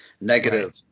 negative